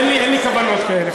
אין לי כוונות כאלה,